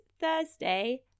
Thursday